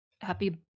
happy